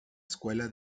escuela